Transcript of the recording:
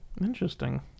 Interesting